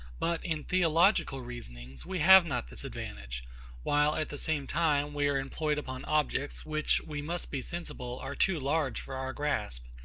but, in theological reasonings, we have not this advantage while, at the same time, we are employed upon objects, which, we must be sensible, are too large for our grasp,